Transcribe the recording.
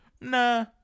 nah